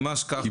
ממש ככה.